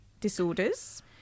disorders